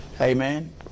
Amen